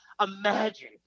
imagine